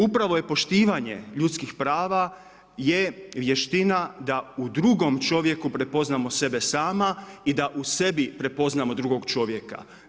Upravo je poštivanje ljudskih prava vještina da u drugom čovjeku prepoznamo sebe sama i da u sebi prepoznamo drugog čovjeka.